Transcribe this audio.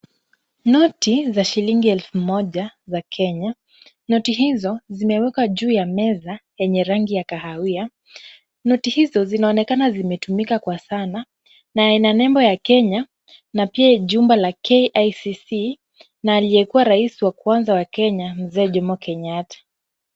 Noti za shilingi elfu moja za Kenya. Noti hizo zimewekwa juu ya meza yenye rangi ya kahawia. Noti hizo zinaonekana zimetumika kwa sana na ina nembo ya Kenya na pia jumba la KICC na aliyekuwa rais wa kwanza wa Kenya Mzee Jomo Kenyatta.